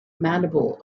mandible